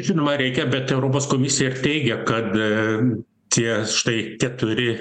žinoma reikia bet europos komisija teigia kad tie štai keturi